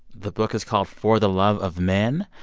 the book is called for the love of men.